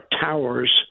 Towers